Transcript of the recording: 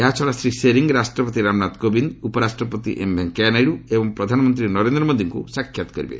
ଏହାଛଡ଼ା ଶ୍ରୀ ସେରିଂ ରାଷ୍ଟ୍ରପତି ରାମନାଥ କୋବିନ୍ଦ ଉପରାଷ୍ଟ୍ରପତି ଏମ୍ଭେଙ୍କୟାନାଇଡ଼ୁ ଏବଂ ପ୍ରଧାନମନ୍ତ୍ରୀ ନରେନ୍ଦ୍ର ମୋଦିଙ୍କୁ ସାକ୍ଷାତ କରିବେ